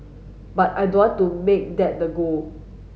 but I don't want to make that the goal